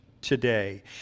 today